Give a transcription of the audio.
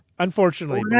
unfortunately